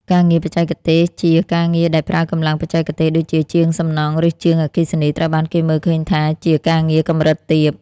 ការងារបច្ចេកទេសជា ការងារដែលប្រើកម្លាំងបច្ចេកទេស ដូចជាជាងសំណង់ ឬជាងអគ្គិសនី ត្រូវបានគេមើលឃើញថាជាការងារកម្រិតទាប។